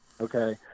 Okay